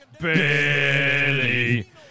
Billy